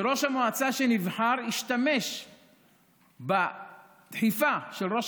ראש המועצה שנבחר השתמש בדחיפה של ראש